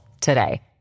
today